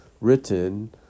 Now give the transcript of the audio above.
written